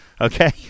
Okay